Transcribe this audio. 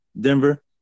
Denver